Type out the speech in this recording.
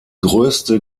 größte